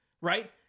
right